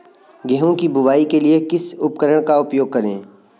गेहूँ की बुवाई के लिए किस उपकरण का उपयोग करें?